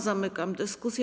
Zamykam dyskusję.